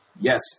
yes